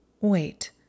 Wait